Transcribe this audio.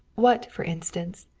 what, for instance,